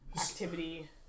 activity